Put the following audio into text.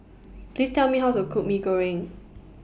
Please Tell Me How to Cook Mee Goreng